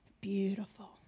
beautiful